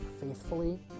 faithfully